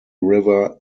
river